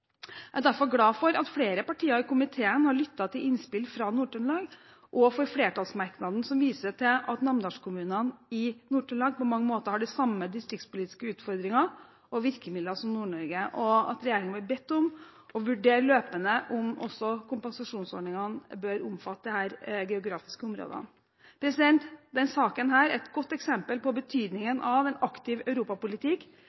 Jeg er derfor glad for at flere partier i komiteen har lyttet til innspill fra Nord-Trøndelag, og for flertallsmerknaden, som viser til at Namdalskommunene i Nord-Trøndelag på mange måter har de samme distriktspolitiske utfordringer og virkemidler som Nord-Norge, og at det er naturlig at regjeringen blir bedt om å vurdere løpende om også kompensasjonsordningene bør omfatte disse geografiske områdene. Denne saken er et godt eksempel på